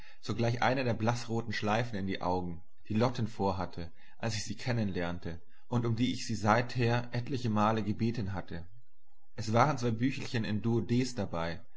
eine der blaßroten schleifen in die augen die lotte vor hatte als ich sie kennen lernte und um die ich sie seither etlichemal gebeten hatte es waren zwei büchelchen in duodez dabei